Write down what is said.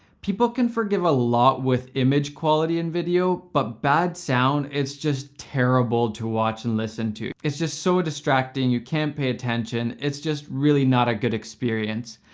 people can forgive a lot with image quality in video, but bad sound, it's just terrible to watch and listen to. it's just so distracting, you can't pay attention, it's just really not a good experience.